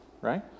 Right